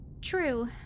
True